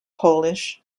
polish